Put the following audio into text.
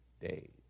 days